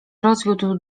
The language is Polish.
rozwiódł